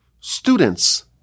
students